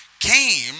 Came